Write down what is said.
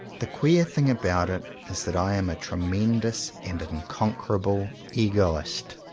the queer thing about it is that i am a tremendous and unconquerable egoist.